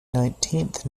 nineteenth